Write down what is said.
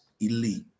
Elite